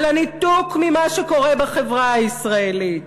על הניתוק ממה שקורה בחברה הישראלית.